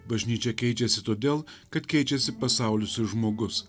bažnyčia keičiasi todėl kad keičiasi pasaulis ir žmogus